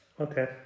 okay